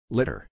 Litter